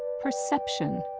perception,